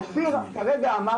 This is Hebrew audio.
שהרגע אופיר סיפר,